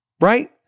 Right